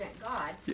God